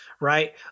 right